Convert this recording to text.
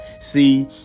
See